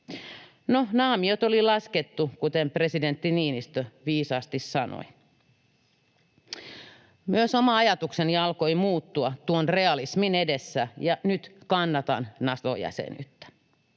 naamiot oli laskettu, kuten presidentti Niinistö viisaasti sanoi. Myös oma ajatukseni alkoi muuttua tuon realismin edessä, ja nyt kannatan Nato-jäsenyyttä.